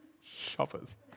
shoppers